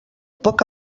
poc